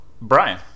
Brian